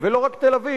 ולא רק תל-אביב,